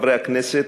חברי הכנסת,